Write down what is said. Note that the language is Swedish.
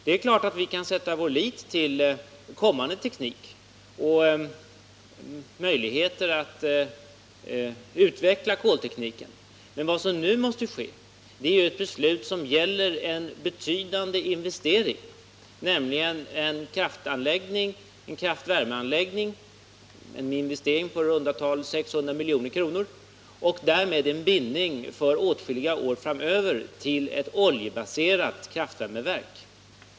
Det är klart att vi kan sätta vår lit till kommande teknik och möjligheter att utveckla koltekniken. Men vad som nu måste ske är att man fattar ett beslut som gäller en betydande investering, nämligen en kraftvärmeanläggning-en investering på i runda tal 600 milj.kr. — och därmed en bindning för åtskilliga år framöver till ett oljebaserat kraftvärmeverk.